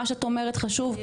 מה שאת אומרת חשוב,